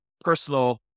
personal